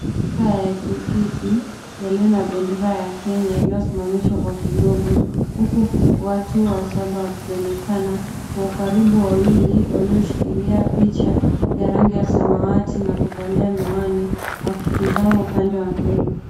Mazingira ya kiofisi yalio na bendera ya Kenya iliosimamishwa kwa kigogo huku watu wasaba wakionekana kwa ukaribu wawili walio shikilia picha ya rangi ya samawati na kuvalia miwani wakitizama upande wa mbele.